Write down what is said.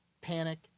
panic